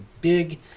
big